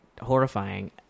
horrifying